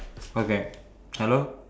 okay hello